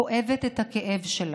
כואבת את הכאב שלך: